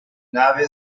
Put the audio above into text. nave